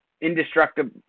indestructible